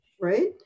Right